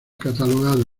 catalogado